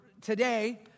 today